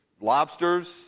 lobsters